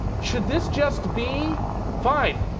should this just be fine,